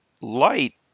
light